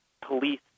police